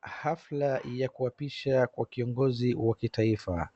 Hafla ya kuapishwa kwa kiongozi wa kitaifa,